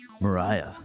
Mariah